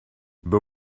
but